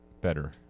better